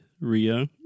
Rio